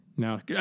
No